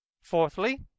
Fourthly